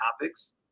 topics